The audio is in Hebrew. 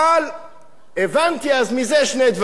אבל אז הבנתי מזה שני דברים.